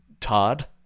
Todd